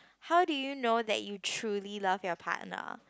how do you know that you truly love your partner